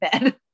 bed